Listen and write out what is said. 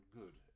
good